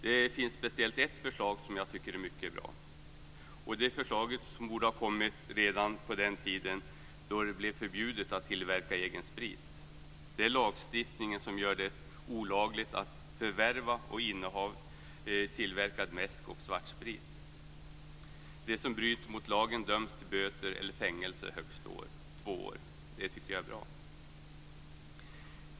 Det finns speciellt ett förslag som jag tycker är mycket bra, och det är förslaget som borde ha kommit redan på den tiden när det blev förbjudet att tillverka egen sprit. Det är lagstiftningen som gör det olagligt att förvärva och inneha tillverkad mäsk och svartsprit. De som bryter mot lagen döms till böter eller fängelse i högst två år. Jag tycker att det är bra.